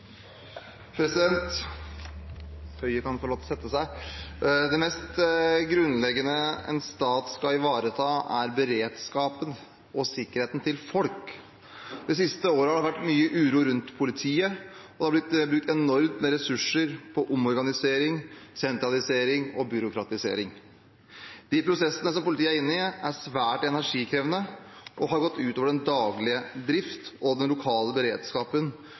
beredskapen og sikkerheten til folk. Det siste året har det vært mye uro rundt politiet, og det har blitt brukt enormt med ressurser på omorganisering, sentralisering og byråkratisering. De prosessene som politiet er inne i, er svært energikrevende og har gått ut over den daglige drift, og den lokale beredskapen